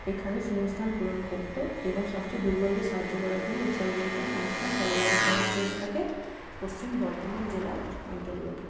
এখানে শূন্যস্থান পূরণ করতে এবং সবচেয়ে দুর্বলদের সাহায্য করার জন্য উৎসর্গীকৃত সংস্থা সরবরাহ করা হয়ে থাকে পশ্চিম বর্ধমান জেলার অন্তর্গতে